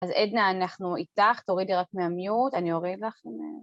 אז עדנה, אנחנו איתך, תורידי רק מהמיוט, אני אוריד לך.